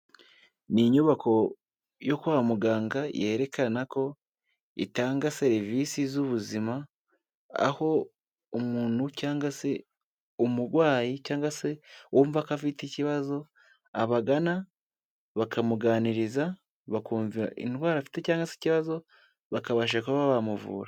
Ni inyubako yo kwa muganga yerekana ko itanga serivisi z'ubuzima, aho umuntu cyangwa se umurwayi cyangwa se uwumva ko afite ikibazo, abagana bakamuganiriza bakumva indwara afite cyangwa se ikibazo bakabasha kuba bamuvura.